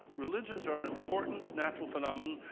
religions are an important natural phenomenon.